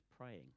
praying